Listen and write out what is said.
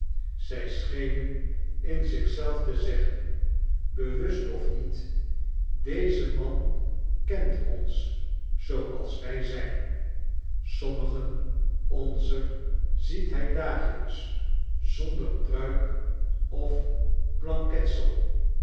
zij schenen in zich zelf te zeggen bewust of niet deze man kent ons zooals wij zijn sommigen onzer ziet hij dagelijks zonder pruik of